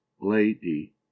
lady